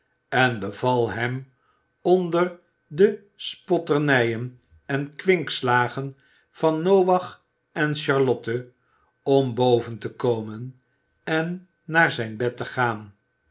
en beval hem onder de spotternijen en kwinkslagen van noach en charlotte om boven te komen en naar zijn bed te gaan